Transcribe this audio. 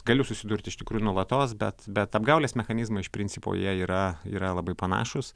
galiu susidurt iš tikrųjų nuolatos bet bet apgaulės mechanizmai iš principo jie yra yra labai panašūs